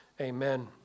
Amen